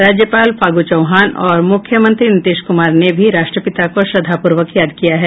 राज्यपाल फागू चौहान और मुख्यमंत्री नीतीश कुमार ने भी राष्ट्रपिता को श्रद्वापूर्वक याद किया है